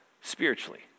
spiritually